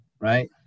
right